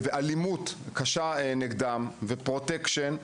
של אלימות קשה נגדם ושל Protection.